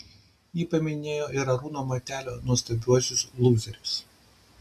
ji paminėjo ir arūno matelio nuostabiuosius lūzerius